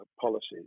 policies